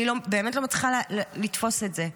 אני באמת לא מצליחה לתפוס את זה.